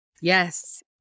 Yes